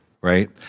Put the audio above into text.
right